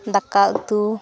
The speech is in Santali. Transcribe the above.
ᱫᱟᱠᱟ ᱩᱛᱩ